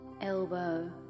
elbow